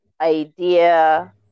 idea